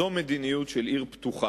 זו מדיניות של עיר פתוחה.